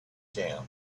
camp